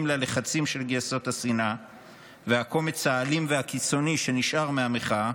ללחצים של גייסות השנאה והקומץ האלים והקיצוני שנשאר מהמחאה